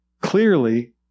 clearly